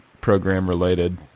program-related